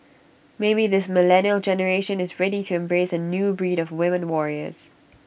maybe this millennial generation is ready to embrace A new breed of women warriors